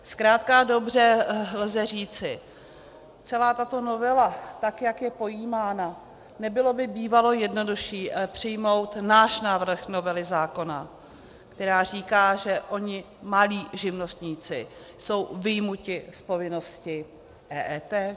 Zkrátka a dobře lze říci celá tato novela, tak jak je pojímána, nebylo by bývalo jednodušší přijmout náš návrh novely zákona, která říká, že oni malí živnostníci jsou vyjmuti z povinnosti EET?